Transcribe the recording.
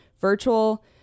virtual